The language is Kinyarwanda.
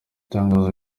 itangazo